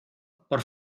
por